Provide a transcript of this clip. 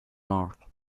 north